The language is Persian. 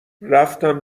رفتم